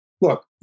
Look